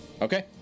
Okay